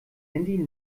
handy